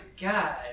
God